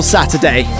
Saturday